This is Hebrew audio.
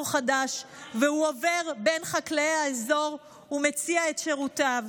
חדש והוא עובר בין חקלאי האזור ומציע את שירותיו.